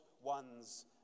ones